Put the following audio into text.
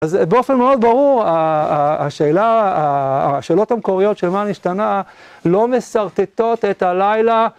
אז באופן מאוד ברור, השאלה, השאלות המקוריות של מה נשתנה לא משרטטות את הלילה...